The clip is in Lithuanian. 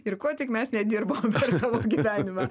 ir ko tik mes nedirbam per savo gyvenimą